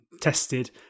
tested